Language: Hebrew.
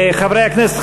חברי הכנסת,